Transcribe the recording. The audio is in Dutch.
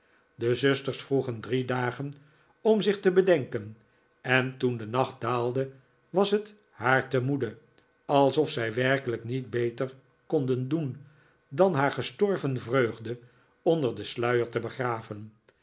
de zusters vroegen drie dagen om zich te bedenken en toen de nacht daalde was het haar te moede alsof zij werkelijk niet beter konden doen dan haar gestorven vreugde onder den sluier te begraven